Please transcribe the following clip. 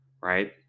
right